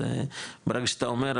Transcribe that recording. ברגע שאתה אומר,